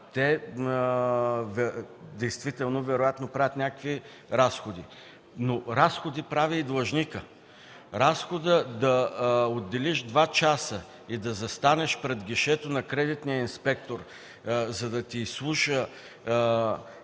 на кредиторите. Те вероятно правят някакви разходи, но разходи прави и длъжникът. Разходът да отделиш два часа и да застанеш пред гишето на кредитния инспектор, за да ти изслуша